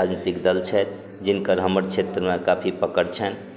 राजनीतिक दल छथि जिनकर हमर क्षेत्रमे काफी पकड़ छनि